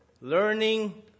learning